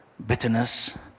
bitterness